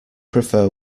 prefer